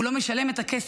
הוא לא משלם את הכסף.